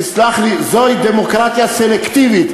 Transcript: תסלח לי, זוהי דמוקרטיה סלקטיבית.